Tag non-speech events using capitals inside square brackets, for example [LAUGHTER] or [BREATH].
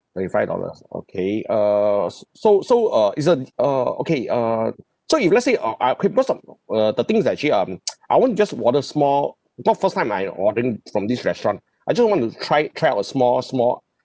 thirty five dollars ah okay err s~ so so uh isn't err okay uh so if let's say uh I okay because uh uh the thing is that actually um [NOISE] [BREATH] I won't just order small not first time ah I ordering from this restaurant [BREATH] I just want to try try a small small